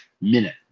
minute